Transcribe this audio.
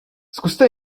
zkuste